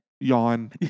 Yawn